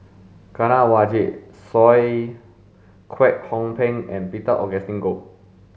Kanwaljit Soin Kwek Hong Png and Peter Augustine Goh